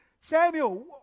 Samuel